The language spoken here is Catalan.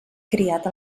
criat